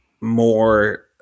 more